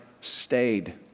stayed